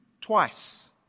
twice